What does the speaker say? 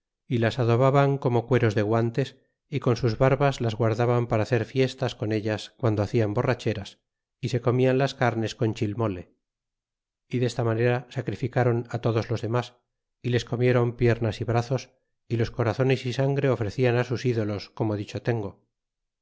y las adovaban como cueros de guantes y con sus barbas las guardaban para hacer fiestas con ellas guando hacian borracheras y se comian las carnes con chilmole y desta manera sacrificron todos los demas y les comieron piernas y brazos y los corazones y sangre ofrecian á sus ídolos como dicho tengo